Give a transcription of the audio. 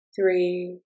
three